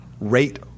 rate